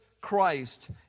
Christ